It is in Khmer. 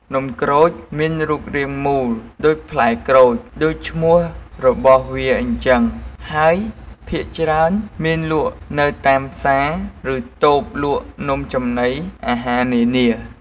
នំក្រូចមានរូបរាងមូលដូចផ្លែក្រូចដូចឈ្មោះរបស់វាអញ្ជឹង ហើយភាគច្រើនមានលក់នៅតាមផ្សារ ឬតូបលក់នំចំណីអាហារនានា។